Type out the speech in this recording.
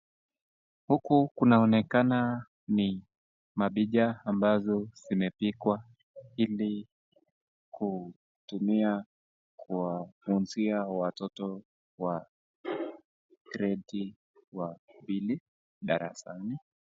Hapa kunaonekana ni mapicha ambazo zimepigwa ili kutumia kwa kufunzia watoto wa gredi wa pili darasani.